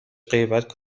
غیبت